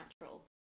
natural